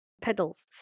pedals